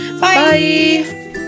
Bye